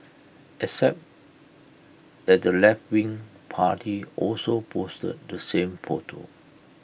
except that the leftwing party also posted the same photo